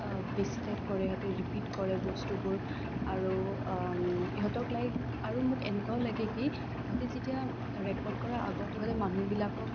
বেছি টাইপ কৰে ইহঁতে ৰিপিট কৰে বস্তুবোৰ আৰু ইহঁতক লাইক আৰু মোক এনেকুৱাও লাগে কি ইহঁতে যেতিয়া ৰেকৰ্ড কৰা আগত ইহঁতে মানুহবিলাকক